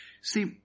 See